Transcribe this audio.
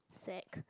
sack